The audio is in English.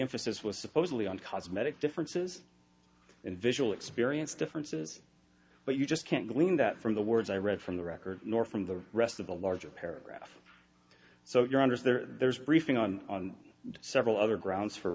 emphasis was supposedly on cosmetic differences in visual experience differences but you just can't glean that from the words i read from the record nor from the rest of the larger paragraph so your honor there's a briefing on on several other grounds for